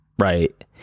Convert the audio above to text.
right